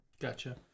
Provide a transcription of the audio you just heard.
Gotcha